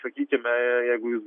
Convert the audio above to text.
sakykime jeigu jūs